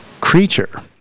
creature